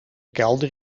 kelder